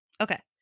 Okay